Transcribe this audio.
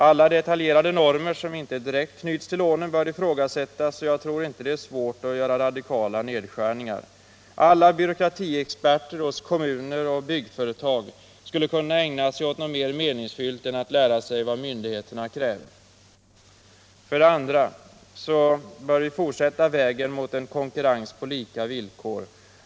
Alla detaljerade normer som inte direkt knyts till lånen bör ifrågasättas, och jag tror inte det är svårt att göra radikala nedskärningar. Alla byråkratiexperter hos kommuner och byggföretag skulle kunna ägna sig åt något mer meningsfullt än att lära sig vad myndigheterna kräver. 2. Vi bör fortsätta vägen mot en konkurrens på lika villkor.